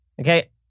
okay